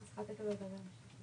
אני אשמח לענות על הדברים שהעליתם.